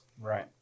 right